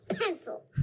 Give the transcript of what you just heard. pencil